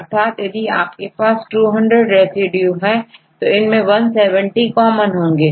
अर्थात यदि आपके पास200 रेसिड्यू हो तो इनमें 170 कॉमन होंगे